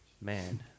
man